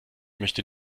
möchte